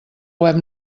web